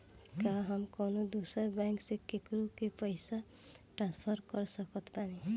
का हम कउनों दूसर बैंक से केकरों के पइसा ट्रांसफर कर सकत बानी?